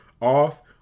off